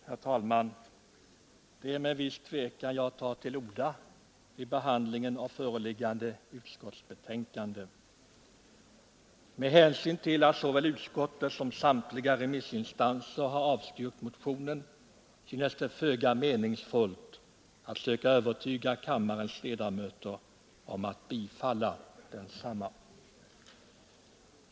Herr talman! Det är med viss tvekan jag tar till orda vid behandlingen av förevarande utskottsbetänkande. Med hänsyn till att såväl utskottet som samtliga remissinstanser har avstyrkt motionen synes det föga meningsfullt att nu försöka övertyga kammarens ledamöter om det riktiga i att bifalla densamma.